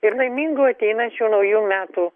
ir laimingų ateinančių naujų metų